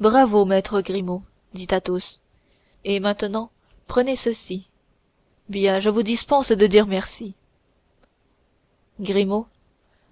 bravo maître grimaud dit athos et maintenant prenez ceci bien je vous dispense de dire merci grimaud